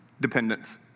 Dependence